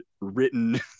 written